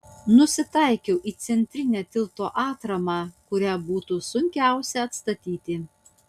nusitaikiau į centrinę tilto atramą kurią būtų sunkiausia atstatyti